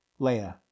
Leia